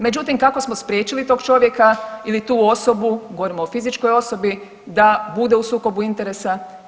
Međutim kako smo spriječili tog čovjeka ili tu osobi, govorim o fizičkoj osobi da bude u sukobu interesa?